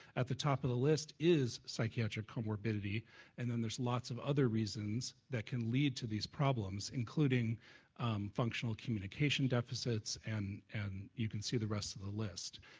at the top of the list is psychiatric co morbidity and then there's lots of other reasons that can lead to these problems including functional communication deficits and and you can see the rest of the list.